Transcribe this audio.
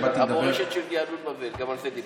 כי באתי לדבר,